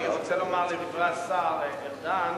אני רוצה לומר לגבי דברי השר ארדן